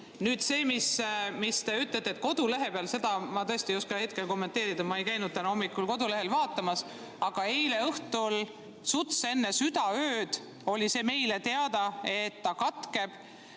ette. Nüüd see, mis te ütlete, et kodulehel [seda infot ei olnud], seda ma tõesti ei oska hetkel kommenteerida, ma ei käinud täna hommikul kodulehel vaatamas, aga eile õhtul, suts enne südaööd oli see meile teada, et istung katkeb.